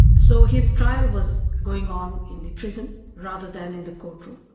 so his trial was going on in the prison rather than in the courtroom.